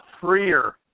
freer